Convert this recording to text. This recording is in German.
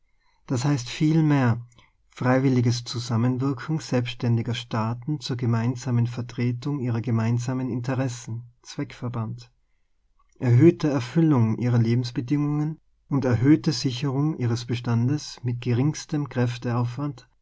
das heißt vielmehr freiwilliges zusammen wirken selbständiger staaten zur gemeinsamen vertretung ihrer gemeinsamen interessen zweckverband erhöhte erfüllung ihrer lebensbedingungen und erhöhte sicherung ihres bestandes mit geringstem kräfteaufwand auf der